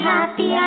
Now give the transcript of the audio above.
Happy